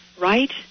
right